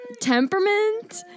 temperament